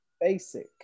Basic